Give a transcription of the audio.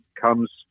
comes